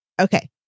Okay